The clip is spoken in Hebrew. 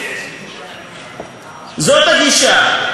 זאת הגישה.